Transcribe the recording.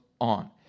on